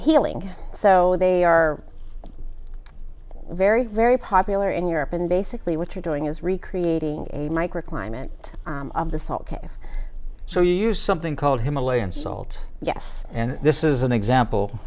healing so they are very very popular in europe and basically what you're doing is recreating a microclimate of the salt so you use something called himalayan salt yes and this is an example